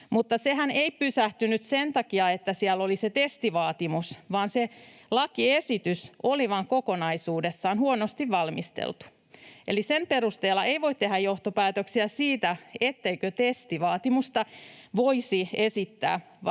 mutta sehän ei pysähtynyt sen takia, että siellä oli se testivaatimus, vaan se lakiesitys oli vain kokonaisuudessaan huonosti valmisteltu. Eli sen perusteella ei voi tehdä johtopäätöksiä siitä, etteikö testivaatimusta voisi esittää,